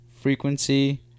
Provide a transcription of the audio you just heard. frequency